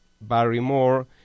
Barrymore